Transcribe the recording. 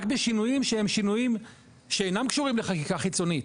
בשינויים שהם שינויים שאינם קשורים לחקיקה חיצונית,